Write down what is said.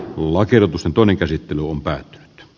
lakiehdotusten toinen käsittely on päättynyt